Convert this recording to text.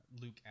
Luke